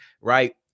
Right